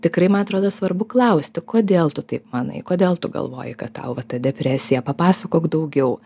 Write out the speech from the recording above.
tikrai man atrodo svarbu klausti kodėl tu taip manai kodėl tu galvoji kad tau va ta depresija papasakok daugiau